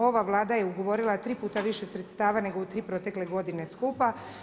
Ova Vlada je ugovorila 3 puta više sredstava nego u 3 protekle godine skupa.